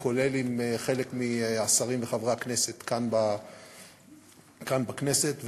כולל עם חלק מהשרים וחברי הכנסת כאן בכנסת,